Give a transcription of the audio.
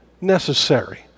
necessary